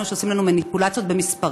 תודה.